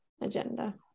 agenda